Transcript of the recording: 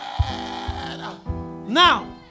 Now